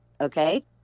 Okay